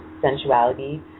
sensuality